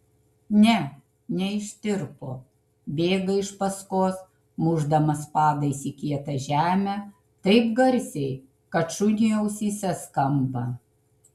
ne neištirpo bėga iš paskos mušdamas padais į kietą žemę taip garsiai kad šuniui ausyse skamba